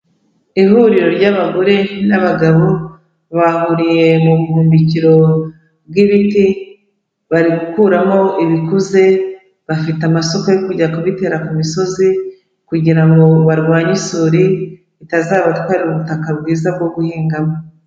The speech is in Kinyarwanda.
Ihuriro ry'abagore n'abagabo; bahuriye mu bumbikiro bw'ibiti, bari gukuramo ibikuze, bafite amasoko yo kujya kubitera ku misozi kugira ngo barwanye isuri itazabatwara ubutaka bwiza bwo guhingamo.